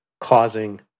causing